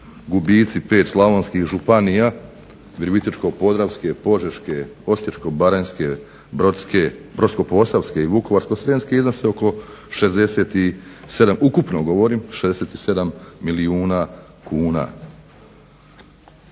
gubici 5 slavonskih županija Virovitičko-podravske, Požeške, Osječko-baranjske, Brodsko-posavske i Vukovarsko-srijemske iznose oko 67, ukupno